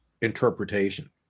interpretation